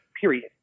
Period